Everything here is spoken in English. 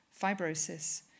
fibrosis